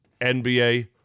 NBA